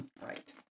Right